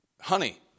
honey